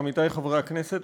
עמיתי חברי הכנסת,